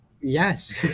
yes